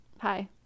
Hi